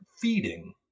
feeding